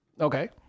Okay